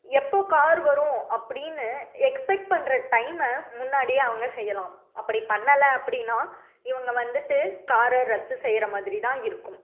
எப்போ கார் வரும் அப்படினு எக்ஸ்பெக்ட் பண்ணுற டைம்மை முன்னாடியே அவங்க செய்யலாம் அப்படி பண்ணலை அப்படின்னா இவங்க வந்துவிட்டு காரை ரத்து செய்யற மாதிரி தான் இருக்கும்